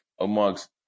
amongst